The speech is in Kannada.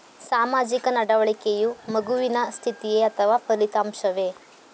ಸಾಮಾಜಿಕ ನಡವಳಿಕೆಯು ಮಗುವಿನ ಸ್ಥಿತಿಯೇ ಅಥವಾ ಫಲಿತಾಂಶವೇ?